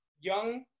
young